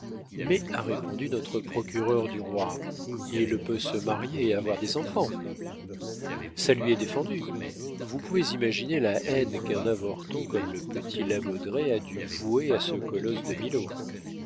mais a répondu notre procureur du roi il peut se marier et avoir des enfants ça lui est défendu vous pouvez imaginer la haine qu'un avorton comme le petit la baudraye a dû vouer à ce colosse de milaud